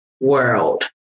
world